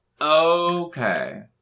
Okay